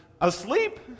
asleep